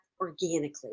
organically